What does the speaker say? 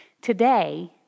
Today